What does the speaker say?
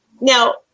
Now